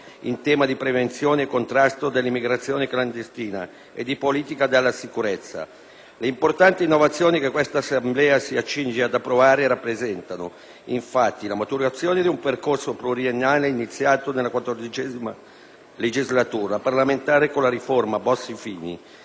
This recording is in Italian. in tema di prevenzione e contrasto dell'immigrazione clandestina e di politica della sicurezza. Le importanti innovazioni che questa Assemblea si accinge ad approvare rappresentano, infatti, la maturazione di un percorso pluriennale, iniziato nella XIV legislatura parlamentare con la riforma Bossi-Fini,